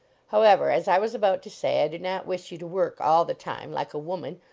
however, as i was about to say, i do not wish you to work all the time, like a woman,